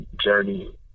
journey